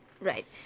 Right